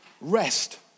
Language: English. rest